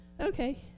okay